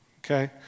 Okay